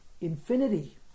infinity